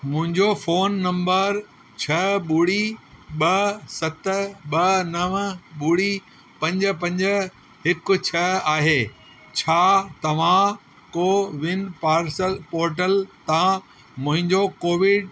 मुंहिंजो phone number छह ॿुड़ी ॿ सत ॿ नवं ॿुड़ी पंज पंज हिकु छ्ह आहे छा तव्हां कोविन पार्सल पोर्टल तां मुंहिंजो कोविड